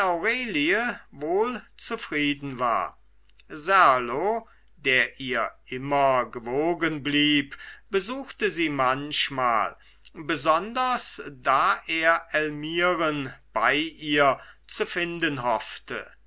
wohl zufrieden war serlo der ihr immer gewogen blieb besuchte sie manchmal besonders da er elmiren bei ihr zu finden hoffte